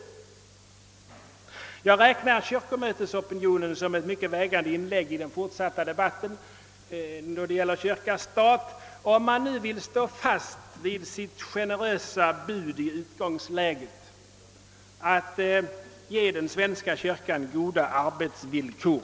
Jag betraktar kyrkomötesopinionen som ett mycket vägande inlägg i den fortsatta debatten om kyrka—stat, om man nu vill stå fast vid sitt generösa bud i utgångsläget: att ge den svenska kyrkan goda arbetsvillkor.